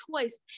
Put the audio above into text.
choice